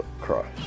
Christ